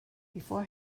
before